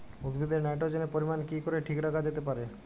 উদ্ভিদে নাইট্রোজেনের পরিমাণ কি করে ঠিক রাখা যেতে পারে?